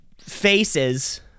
faces